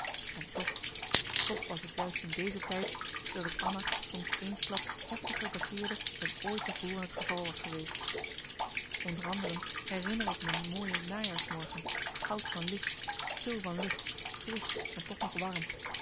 en toch toch was t juist in deze tijd dat ik anna soms eensklaps heftiger begeerde dan ooit te voren het geval was geweest onder anderen herinner ik me een mooie najaarsmorgen goud van licht stil van lucht frisch en toch nog warm